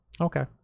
Okay